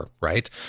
Right